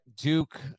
Duke